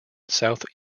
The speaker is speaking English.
south